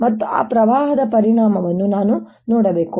ಮತ್ತು ಆ ಪ್ರವಾಹದ ಪರಿಣಾಮವನ್ನು ನಾನು ನೋಡಬೇಕು